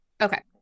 okay